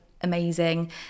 amazing